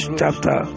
chapter